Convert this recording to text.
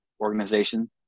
organization